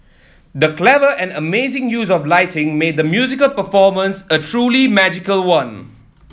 the clever and amazing use of lighting made the musical performance a truly magical one